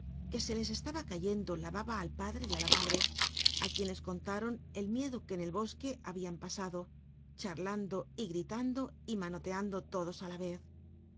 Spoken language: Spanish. c se le estaba cayendo la baba al padre y ú la madre á quienes contaron el miedo ijiic en el bosque hahian pasado charlando grilando y manoteando todos á la ez